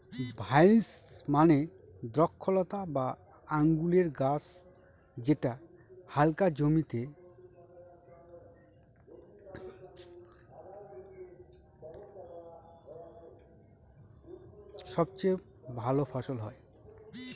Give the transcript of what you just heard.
vines মানে দ্রক্ষলতা বা আঙুরের গাছ যেটা হালকা জমিতে সবচেয়ে ভালো ফলন হয়